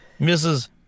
Mrs